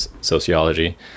sociology